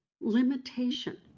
limitation